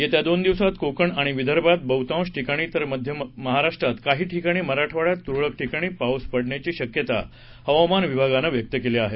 येत्या दोन दिवसात कोकण आणि विदर्भात बहुतांश ठिकाणी मध्य महाराष्ट्रात काही ठिकाणी तर मराठवाड्यात तुरळक ठिकाणी पाऊस पडण्याची शक्यता हवामान विभागानं व्यक्त केली आहे